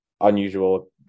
unusual